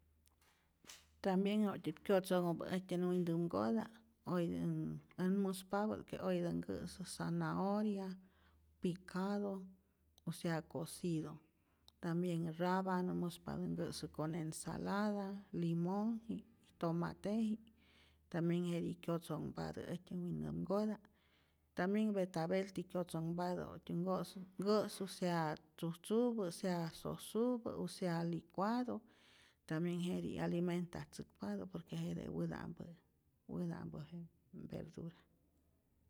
Tambien wa'ktyät kyotzonhupä äjtyä wintämkota' oye, äj muspapä't que oyetä nkä'sä zanahoria picado o sea cocido, tambien rabano muspatä nkä'sä con ensalada, limonhji'k, tomateji'k, tambien jetij kyotozonhpatä äjtyä wintämkota, tambien betabeltij kyotzonhpatä wa'ktyä nko'su nkä'su sea tzujtzupä, sea sosupä u sea licuado, tambien jetij 'yalimtatzäkpatä por que jete wäta'mpä, wäta'mpä je verdura.